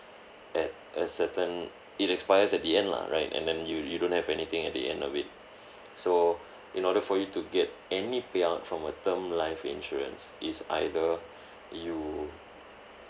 at a certain it expires at the end lah right and then you you don't have anything at the end of it so in order for you to get any payout from a term life insurance is either you